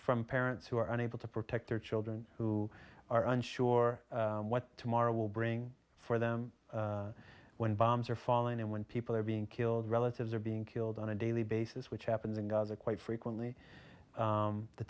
from parents who are unable to protect their children who are unsure what tomorrow will bring for them when bombs are falling and when people are being killed relatives are being killed on a daily basis which happens in gaza quite frequently